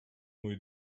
мою